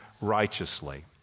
righteously